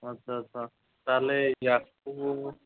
ଆଚ୍ଛା ଆଚ୍ଛା ତା' ହେଲେ ଆକୁ